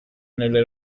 nelle